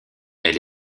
elle